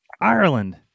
Ireland